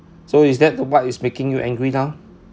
so is that what is making you angry now